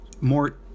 more